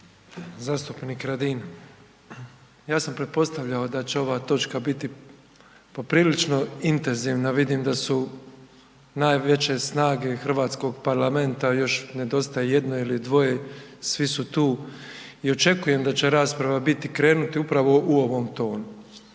Zastupnik Radin, ja sam pretpostavljao da će ova točka biti poprilično intenzivna, vidim da su najveće snage hrvatskog parlamenta, još nedostaje jedno ili dvoje, svi su tu i očekujem da će rasprava biti, krenuti upravo u ovom tonu.